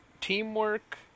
teamwork